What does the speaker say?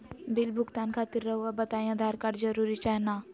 Bill भुगतान खातिर रहुआ बताइं आधार कार्ड जरूर चाहे ना?